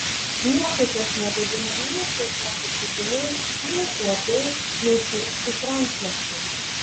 nuotaikos negadino nei kietoki čiužiniai nei uodai nei šiurkštūs rankšluosčiai